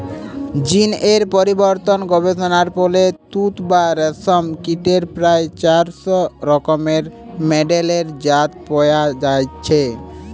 জীন এর পরিবর্তন গবেষণার ফলে তুত বা রেশম কীটের প্রায় চারশ রকমের মেডেলের জাত পয়া যাইছে